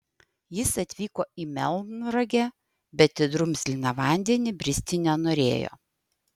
jis atvyko į melnragę bet į drumzliną vandenį bristi nenorėjo